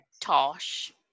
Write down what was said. Tosh